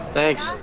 Thanks